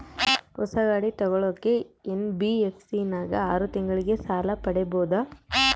ಹೊಸ ಗಾಡಿ ತೋಗೊಳಕ್ಕೆ ಎನ್.ಬಿ.ಎಫ್.ಸಿ ನಾಗ ಆರು ತಿಂಗಳಿಗೆ ಸಾಲ ಪಡೇಬೋದ?